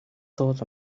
thought